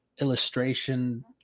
illustration